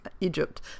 Egypt